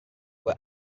were